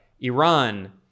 Iran